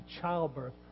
childbirth